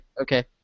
Okay